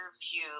view